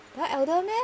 that [one] elder meh